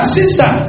sister